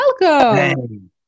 welcome